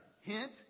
hint